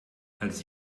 als